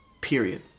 period